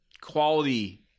quality